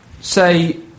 say